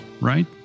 Right